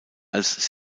als